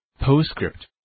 Postscript